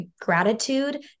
gratitude